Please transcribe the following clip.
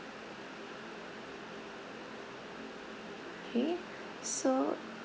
K so